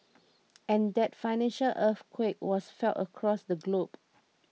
and that financial earthquake was felt across the globe